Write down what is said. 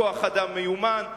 כוח-אדם מיומן.